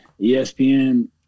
ESPN